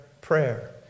prayer